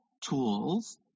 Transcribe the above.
tools